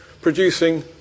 producing